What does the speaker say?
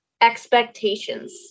Expectations